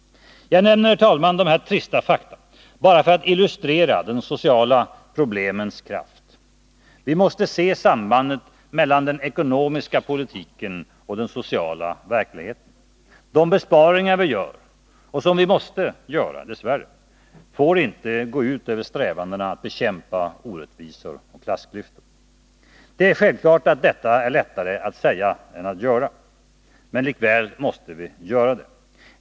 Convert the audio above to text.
Jag nämner dessa trista fakta, herr talman, bara för att illustrera de sociala problemens kraft. Vi måste se sambandet mellan den ekonomiska politiken och den sociala verkligheten. De besparingar vi gör, och som vi dess värre måste göra, får inte gå ut över strävandena att bekämpa orättvisor och klassklyftor. Det är självklart att detta är lättare att säga än att göra, likväl måste vi göra det.